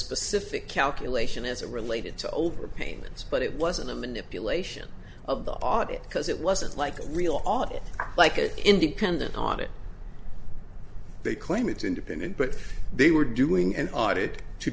specific calculation as it related to over payments but it wasn't a manipulation of the audit because it wasn't like a real audit like an independent audit they claim it's independent but they were doing an audit to